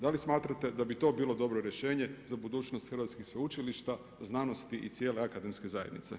Da li smatrate da bi to bilo dobro rješenje za budućnost hrvatskih sveučilišta, znanosti i cijelog akademske zajednice?